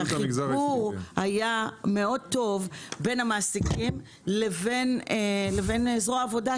והחיבור היה מאוד טוב בין המעסיקים לבין זרוע העבודה,